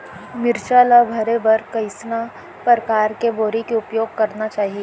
मिरचा ला भरे बर कइसना परकार के बोरी के उपयोग करना चाही?